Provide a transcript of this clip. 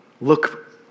look